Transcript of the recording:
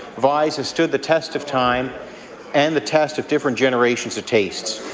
vy's has stood the test of time and the test of different generations of tastes.